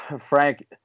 Frank